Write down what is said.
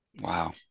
Wow